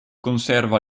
conserva